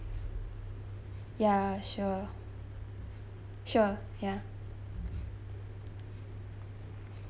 ya sure sure ya